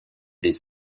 des